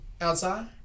outside